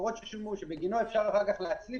המשכורות ששולמו שבגינו אפשר אחר להצליב